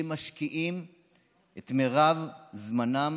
שמשקיעים את מרבית זמנם